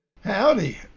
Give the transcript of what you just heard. Howdy